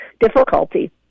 difficulty